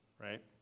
right